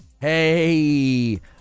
Hey